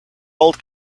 old